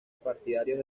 partidarios